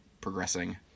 progressing